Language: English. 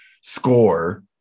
score